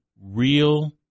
real